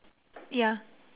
ya